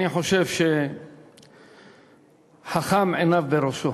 אני חושב שחכם, עיניו בראשו.